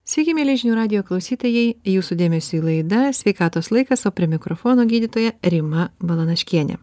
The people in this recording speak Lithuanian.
sveiki mieli žinių radijo klausytojai jūsų dėmesiui laida sveikatos laikas o prie mikrofono gydytoja rima balanaškienė